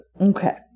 Okay